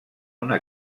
una